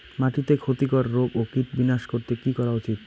মাটিতে ক্ষতি কর রোগ ও কীট বিনাশ করতে কি করা উচিৎ?